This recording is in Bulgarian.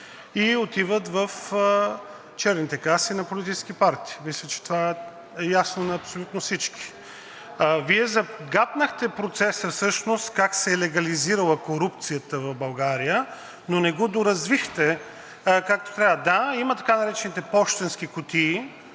и отиват в черните каси на политически партии. Мисля, че това е ясно на абсолютно всички. Вие загатнахте процеса всъщност как се е легализирала корупцията в България, но не го доразвихте както трябва. Да, има така наречените пощенски кутии